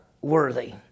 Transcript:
worthy